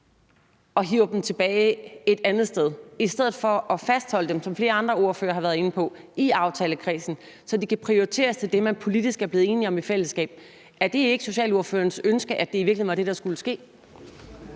og hiver dem tilbage et andet sted i stedet for at fastholde dem, som flere andre ordførere har været inde på, i aftalekredsen, så de kan prioriteres til det, man politisk er blevet enige om i fællesskab. Er det ikke socialordførerens ønske, at det i virkeligheden var det, der skulle ske?